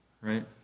right